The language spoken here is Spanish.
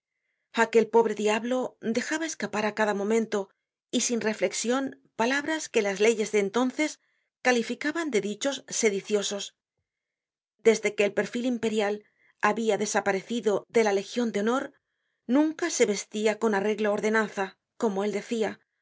aquel pobre diablo dejaba escapar á cada momento y sin reflexion palabras que las leyes de entonces calificaban de dichos sediciosos desde que el perfil imperial habia desaparecido de la legion de honor nunca se vestia con arreglo á ordenanza como él decia